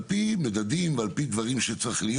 על פי מדדים ועל פי דברים בהסכמות